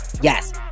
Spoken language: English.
Yes